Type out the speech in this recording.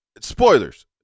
spoilers